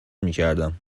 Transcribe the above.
میکردم